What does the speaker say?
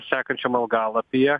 sekančiam algalapyje